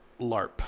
LARP